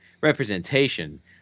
representation